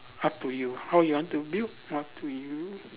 up to you how you want to build up to you